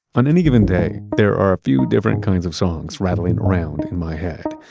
on any given day there are a few different kinds of songs rattling around in my head.